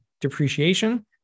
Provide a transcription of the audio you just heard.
depreciation